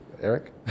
Eric